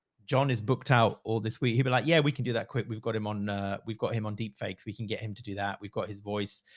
john is booked out, or this week he'd be like, yeah, we can do that quick. we've got him on a, we've got him on deep fakes. we can get him to do that. we've got his voice.